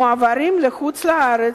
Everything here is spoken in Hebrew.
מועברות לחוץ-לארץ,